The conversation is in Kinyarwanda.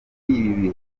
ibi